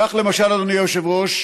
כך, למשל, אדוני היושב-ראש,